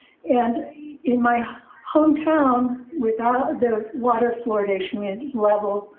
and in my hometown, without the water fluoridation level,